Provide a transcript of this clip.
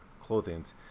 clothing's